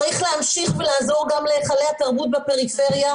צריך להמשיך ולעזור גם להיכלי התרבות בפריפריה,